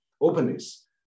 openness